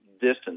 distance